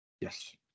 Yes